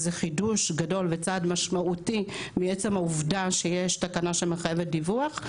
זה חידוש גדול וצעד משמעותי מעצם העובדה שיש תקנה שמחייבת דיווח,